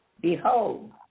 Behold